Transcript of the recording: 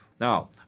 Now